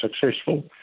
successful